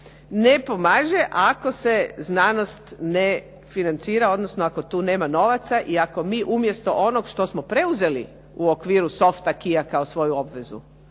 ne pomaže ako se znanost ne financira odnosno ako tu nema novaca i ako mi umjesto onog što smo preuzeli u okviru soft acquisa kao svoju obvezu,